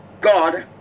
god